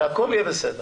והכול יהיה בסדר.